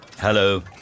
hello